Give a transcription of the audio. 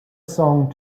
song